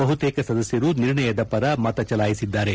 ಬಹುತೇಕ ಸದಸ್ಯರು ನಿರ್ಣಯದ ಪರ ಮತ ಚಲಾಯಿಸಿದ್ದಾರೆ